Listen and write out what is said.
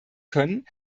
können